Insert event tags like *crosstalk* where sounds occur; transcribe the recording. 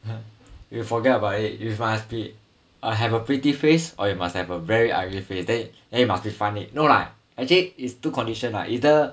*laughs* you forget about it you must be uh have a pretty face or you must have a very ugly face then then you must be funny no lah actually is two condition lah either